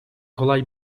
kolay